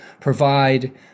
provide